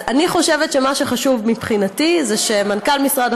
אז אני חושבת שמה שחשוב מבחינתי זה שמנכ"ל משרד